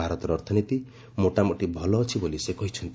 ଭାରତର ଅର୍ଥନୀତି ମୋଟାମୋଟି ଭଲ ଅଛି ବୋଲି ସେ କହିଛନ୍ତି